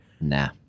Nah